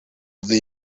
the